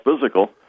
physical